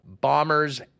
Bombers